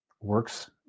works